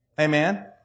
Amen